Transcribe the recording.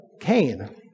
Cain